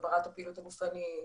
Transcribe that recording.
הגברת הפעילות הגופנית,